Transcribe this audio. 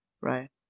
right